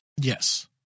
Yes